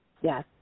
Yes